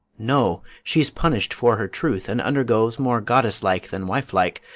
no. she's punish'd for her truth, and undergoes, more goddess-like than wife-like,